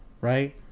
right